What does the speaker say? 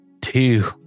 two